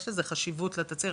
יש לזה חשיבות לתצהיר,